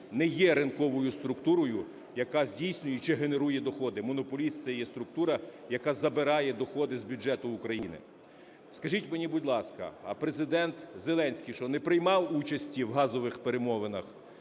не є ринковою структурою, яка здійснює чи генерує доходи, монополіст – це є структура, яка забирає доходи з бюджету України. Скажіть мені, будь ласка, а Президент Зеленський що, не приймав участі в газових перемовинах,